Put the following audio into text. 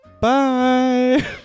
bye